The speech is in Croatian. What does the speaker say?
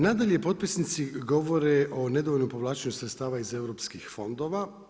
Nadalje, potpisnici govore o nedovoljnom povlačenju sredstava iz europskih fondova.